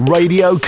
Radio